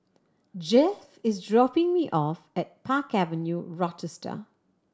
Jeff is dropping me off at Park Avenue Rochester